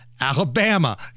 Alabama